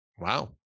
Wow